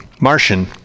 Martian